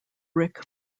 ric